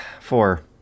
Four